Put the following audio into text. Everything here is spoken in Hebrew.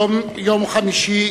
היום, יום חמישי,